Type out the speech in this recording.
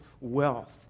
wealth